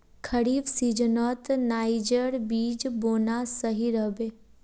खरीफ सीजनत नाइजर बीज बोना सही रह बे